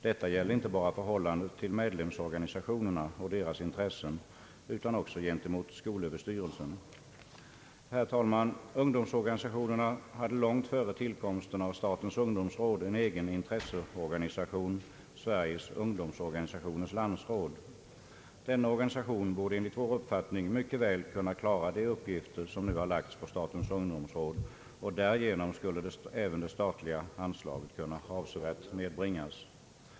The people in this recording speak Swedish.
Detta gäller inte bara förhållandet till medlemsorganisationerna och deras intressen utan också gentemot skolöverstyrelsen. Herr talman! Ungdomsorganisationerna hade långt före tillkomsten av statens ungdomsråd en egen intresseorganisation, Sveriges ungdomsorgani sationers landsråd. Denna organisation borde enligt vår uppfattning mycket väl kunna klara de uppgifter som nu lagts på statens ungdomsråd, och därigenom skulle även det statliga anslaget kunna avsevärt nedbringas.